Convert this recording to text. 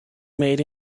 made